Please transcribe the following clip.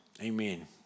Amen